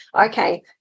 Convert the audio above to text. okay